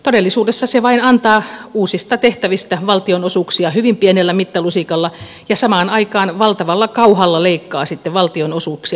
todellisuudessa se vain antaa uusista tehtävistä valtionosuuksia hyvin pienellä mittalusikalla ja samaan aikaan valtavalla kauhalla leikkaa sitten valtionosuuksia